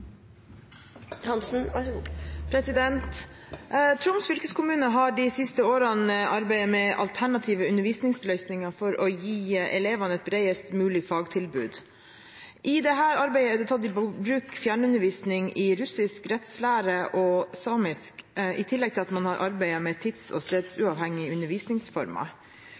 fylkeskommune har de siste årene arbeidet med alternative undervisningsløsninger for å gi elevene et bredest mulig fagtilbud selv om elevtallene går ned. I dette arbeidet er det tatt i bruk fjernundervisning» – i russisk rettslære og samisk – «i tillegg til at man arbeider med tids- og stedsuavhengige undervisningsformer.»